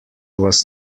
was